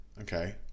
Okay